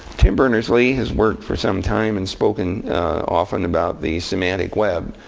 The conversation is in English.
tim berners-lee has worked for some time and spoken often about the semantic web.